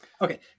Okay